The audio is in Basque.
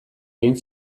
egin